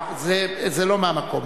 זה לא מהמקום.